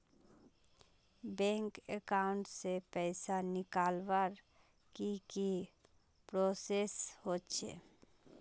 Bank account से पैसा निकालवर की की प्रोसेस होचे?